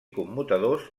commutadors